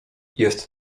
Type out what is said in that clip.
jest